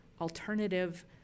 alternative